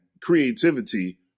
creativity